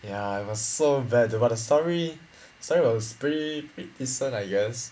ya it was so bad but the story the story was pretty decent I guess